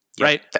right